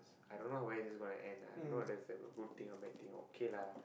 I don't know where is this going to end lah not that it's a good thing or bad thing okay lah